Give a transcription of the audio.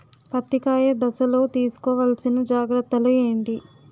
పత్తి కాయ దశ లొ తీసుకోవల్సిన జాగ్రత్తలు ఏంటి?